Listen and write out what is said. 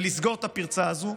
ולסגור את הפרצה הזו,